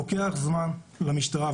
לוקח זמן למשטרה.